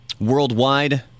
Worldwide